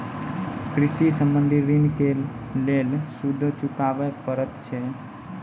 कृषि संबंधी ॠण के लेल सूदो चुकावे पड़त छै?